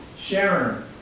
Sharon